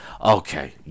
okay